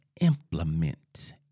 implement